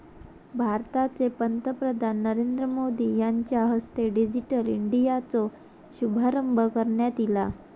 भारताचे पंतप्रधान नरेंद्र मोदी यांच्या हस्ते डिजिटल इंडियाचो शुभारंभ करण्यात ईला